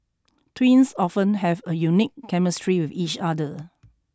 twins often have a unique chemistry with each other